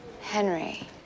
Henry